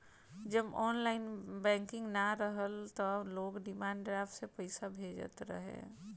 जब online banking नाइ रहल तअ लोग डिमांड ड्राफ्ट से पईसा भेजत रहे